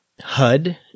HUD